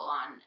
on